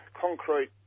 concrete